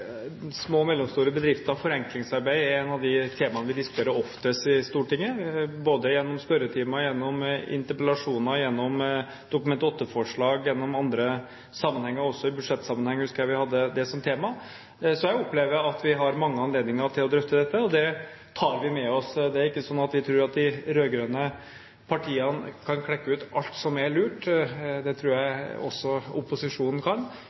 små og mellomstore bedrifter og forenklingsarbeid er et av de temaene vi diskuterer oftest i Stortinget, både gjennom spørretimer, gjennom interpellasjoner, gjennom Dokument 8-forslag og i andre sammenhenger. Også i budsjettsammenheng husker jeg vi hadde det som tema. Jeg opplever at vi har mange anledninger til å drøfte dette, og det tar vi med oss. Det er ikke slik at vi tror at de rød-grønne partiene kan klekke ut alt som er lurt. Det tror jeg også opposisjonen kan.